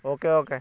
okay okay